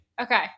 Okay